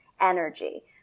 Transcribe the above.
energy